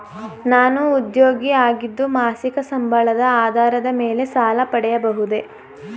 ನಾನು ಉದ್ಯೋಗಿ ಆಗಿದ್ದು ಮಾಸಿಕ ಸಂಬಳದ ಆಧಾರದ ಮೇಲೆ ಸಾಲ ಪಡೆಯಬಹುದೇ?